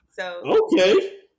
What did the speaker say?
Okay